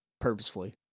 purposefully